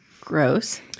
Gross